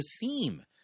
theme